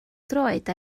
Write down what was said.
droed